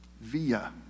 via